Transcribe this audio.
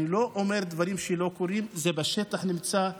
אני לא אומר דברים שלא קורים, זה בשטח נמצא.